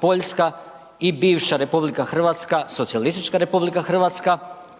Poljska i bivša RH, socijalistička RH